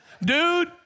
Dude